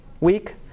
week